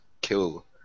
kill